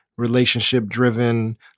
Relationship-driven